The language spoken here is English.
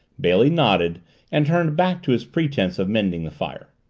bailey nodded and turned back to his pretense of mending the fire.